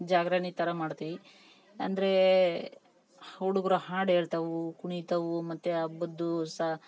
ಜಾಗರಣಿ ಥರ ಮಾಡ್ತೀವಿ ಅಂದರೆ ಹುಡುಗ್ರು ಹಾಡು ಹೇಳ್ತಾವು ಕುಣಿತವು ಮತ್ತು ಹಬ್ಬದ್ ದಿಸ